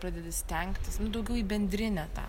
pradedi stengtis nu daugiau į bendrinę tą